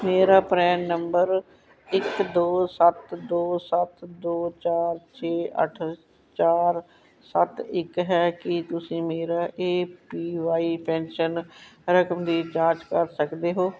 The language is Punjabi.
ਮੇਰਾ ਪਰੇਨ ਨੰਬਰ ਇੱਕ ਦੋ ਸੱਤ ਦੋ ਸੱਤ ਦੋ ਚਾਰ ਛੇ ਅੱਠ ਚਾਰ ਸੱਤ ਇੱਕ ਹੈ ਕੀ ਤੁਸੀਂ ਮੇਰਾ ਏ ਪੀ ਬਾਈ ਪੈਨਸ਼ਨ ਰਕਮ ਦੀ ਜਾਂਚ ਕਰ ਸਕਦੇ ਹੋ